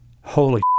holy